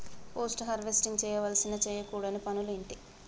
Post harvesting చేయవలసిన చేయకూడని పనులు ఏంటి?